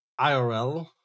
IRL